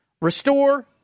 Restore